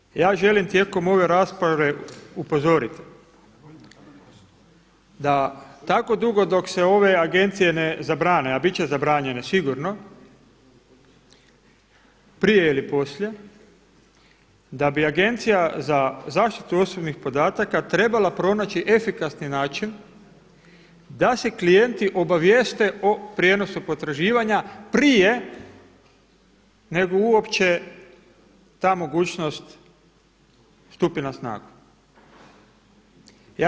Iz toga razloga ja želim tijekom ove rasprave upozoriti da tako dugo dok se ove agencije ne zabrane, a bit će zabranjene sigurno prije ili poslije, da bi Agencija za zaštitu osobnih podataka trebala pronaći efikasni način da se klijente obavijeste o prijenosu potraživanja prije nego uopće ta mogućnost stupi na snagu.